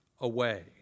away